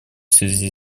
связи